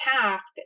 task